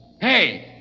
Hey